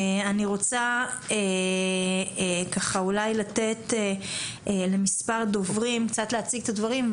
אני רוצה אולי לתת למספר דוברים להציג קצת את הדברים,